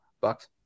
Bucks